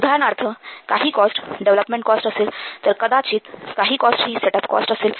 उदाहरणार्थ काही cost development cost असेल तर कदाचित काही कॉस्ट ही सेटअप कॉस्ट असेल